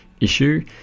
issue